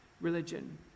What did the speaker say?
religion